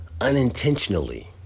unintentionally